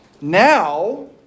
Now